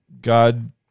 God